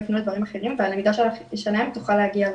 יפנו לדברים אחרים והלמידה שלהם תוכל להגיע ---.